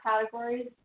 categories